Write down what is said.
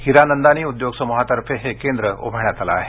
हिरानंदानी उद्योगसम्हातर्फे हे केंद्र उभारण्यात आल आहे